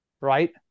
right